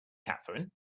catherine